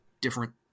different